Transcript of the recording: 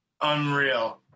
Unreal